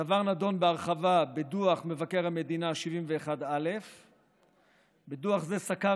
הדבר נדון בהרחבה בדוח מבקר המדינה 71א. בדוח זה סקר